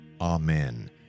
Amen